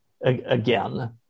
again